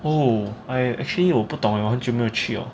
oh I actually 我不懂我很久没有去了